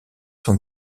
son